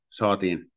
saatiin